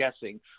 guessing